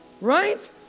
Right